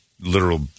literal